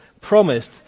promised